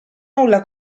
nulla